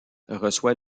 reçoit